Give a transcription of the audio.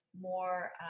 more